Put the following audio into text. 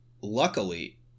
luckily